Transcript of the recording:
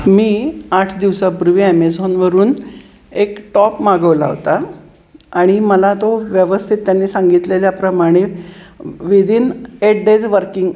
मी आठ दिवसापूर्वी ॲमेझॉनवरून एक टॉप मागवला होता आणि मला तो व्यवस्थित त्यांनी सांगितलेल्याप्रमाणे विदीन एट डेज वर्किंग